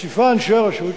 מוסיפים אנשי הרשות,